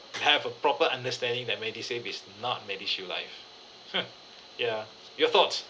have a proper understanding that MediSave is not MediShield Life ya your thoughts